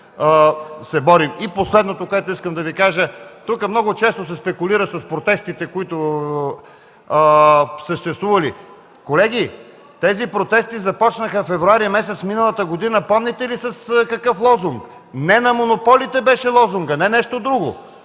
се борим. И последното, което искам да Ви кажа – тук много често се спекулира с протестите, които съществували. Колеги, тези протести започнаха през месец февруари, миналата година. Помните ли с какъв лозунг? „Не на монополите!” беше лозунгът, не нещо друго!